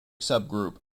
subgroup